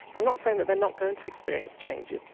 but not saying that they're not going to experience changes,